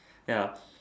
ya